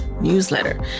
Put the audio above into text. newsletter